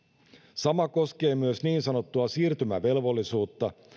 sama koskee myös niin sanottua siirtymävelvollisuutta